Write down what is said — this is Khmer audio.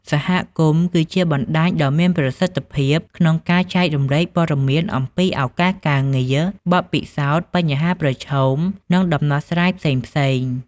សហគមន៍គឺជាបណ្តាញដ៏មានប្រសិទ្ធភាពក្នុងការចែករំលែកព័ត៌មានអំពីឱកាសការងារ បទពិសោធន៍ បញ្ហាប្រឈម និងដំណោះស្រាយផ្សេងៗ ។